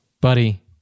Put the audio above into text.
Buddy